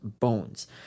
bones